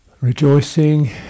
rejoicing